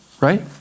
right